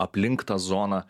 aplink tą zoną